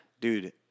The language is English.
dude